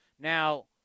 Now –